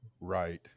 right